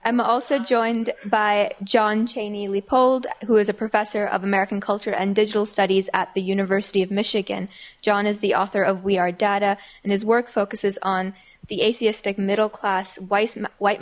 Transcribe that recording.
i'm also joined by john chaney leopold who is a professor of american culture and digital studies at the university of michigan john is the author of we are data and his work focuses on the atheistic middle class weissman white